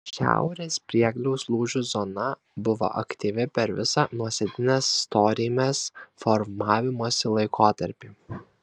šiaurės priegliaus lūžių zona buvo aktyvi per visą nuosėdinės storymės formavimosi laikotarpį